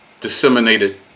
disseminated